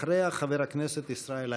אחריה, חבר הכנסת ישראל אייכלר.